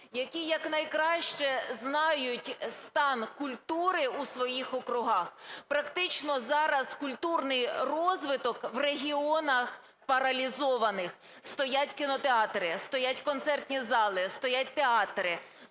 які якнайкраще знають стан культури у своїх округах. Практично зараз культурний розвиток в регіонах паралізований: стоять кінотеатри, стоять концертні зали, стоять театри.